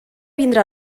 vindre